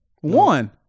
One